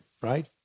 right